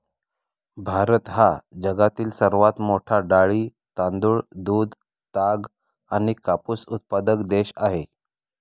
भारत हा जगातील सर्वात मोठा डाळी, तांदूळ, दूध, ताग आणि कापूस उत्पादक देश आहे